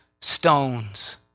stones